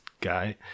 guy